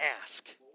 ask